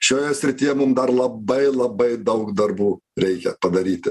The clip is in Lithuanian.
šioje srityje mum dar labai labai daug darbų reikia padaryti